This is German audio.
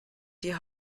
die